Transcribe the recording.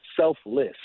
selfless